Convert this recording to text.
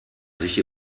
sich